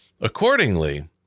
Accordingly